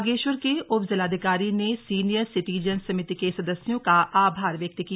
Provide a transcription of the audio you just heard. बागेश्वर के उपजिलाधिकारी ने सीनियर सीटिजन समिति के सदस्यों का आभार व्यक्त किया